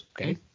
Okay